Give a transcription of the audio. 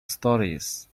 stories